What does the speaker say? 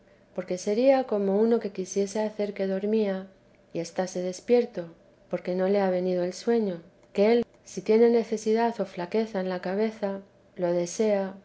porque sería como uno que quisiese hacer que dormía y estase despierto porque no le ha venido el sueño que él como lo desea si tiene necesidad o flaqueza en la cabeza lo desea